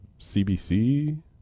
CBC